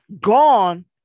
gone